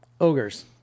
Ogres